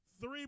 three